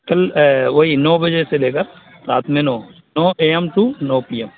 کل وہی نو بجے سے لے کر رات میں نو نو اے ایم ٹو نو پی ایم